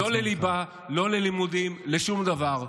לא לליבה, לא ללימודים, לשום דבר.